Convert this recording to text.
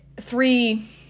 three